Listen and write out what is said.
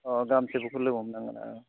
अ ग्राम सेब'कखौ लोगो हमनांगोन